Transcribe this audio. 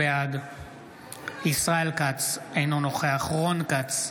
בעד ישראל כץ, אינו נוכח רון כץ,